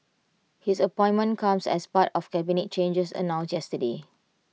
his appointment comes as part of cabinet changes announced yesterday